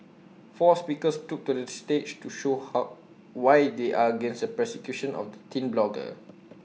four speakers took to the stage to show how why they are against the persecution of the teen blogger